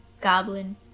goblin